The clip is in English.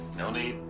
no need.